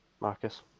Marcus